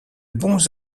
bons